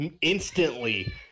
Instantly